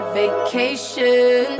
vacation